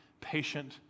patient